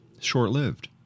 short-lived